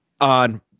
On